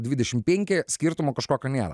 dvidešim penki skirtumo kažkokio nėra